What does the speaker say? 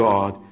God